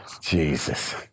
Jesus